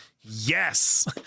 Yes